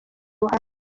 ruhande